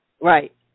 Right